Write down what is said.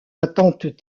attentes